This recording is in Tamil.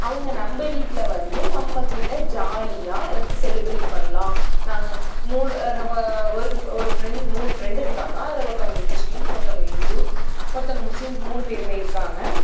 அவங்க நம்ம வீட்டில வந்து நம்மக்கிட்ட ஜாலியாக செலிப்ரேட் பண்ணலாம் நாங்கள் மூணு நம்ம ஒரு ஒரு ஃப்ரெண்ட் மூணு ஃப்ரெண்ட் இருக்காங்க அதில் ஒருத்தவங்க கிறிஸ்டின் ஒருத்தவங்க இந்து ஒருத்தவங்க முஸ்லீம் மூணு பேருமே இருக்காங்க